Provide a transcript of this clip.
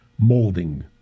molding